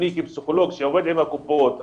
אני כפסיכולוג שעובד עם הקופות,